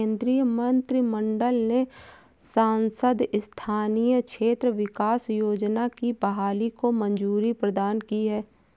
केन्द्रीय मंत्रिमंडल ने सांसद स्थानीय क्षेत्र विकास योजना की बहाली को मंज़ूरी प्रदान की है